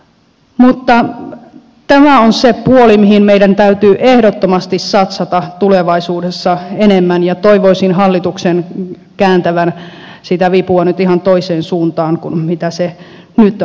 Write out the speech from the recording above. mutta tämä on se puoli mihin meidän täytyy ehdottomasti satsata tulevaisuudessa enemmän ja toivoisin hallituksen kääntävän sitä vipua nyt ihan toiseen suuntaan kuin mitä se nyt on tehnyt